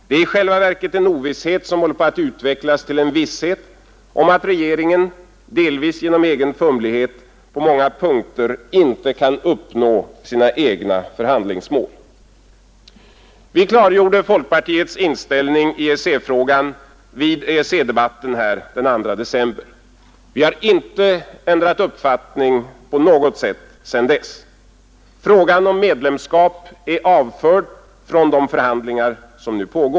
Det är i själva verket en ovisshet som håller på att utvecklas till en visshet om att regeringen, delvis genom sin egen fumlighet, på många viktiga punkter inte kan uppnå sina egna förhandlingsmål. Vi klargjorde folkpartiets inställning i EEC-frågan i EEC-debatten här den 2 december. Vi har inte ändrat uppfattning på något sätt sedan dess. Frågan om medlemskap är avförd från de förhandlingar som nu pågår.